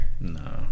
No